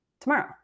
tomorrow